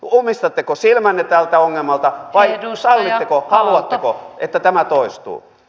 ummistatteko silmänne tältä ongelmalta vai sallitteko haluatteko että tämä toistuu